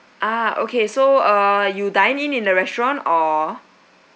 ah okay so uh you dining in the restaurant or